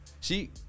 See